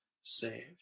save